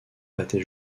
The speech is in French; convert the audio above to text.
pathé